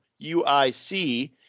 UIC